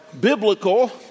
biblical